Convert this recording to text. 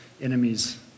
enemies